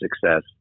success